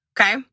okay